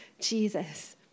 Jesus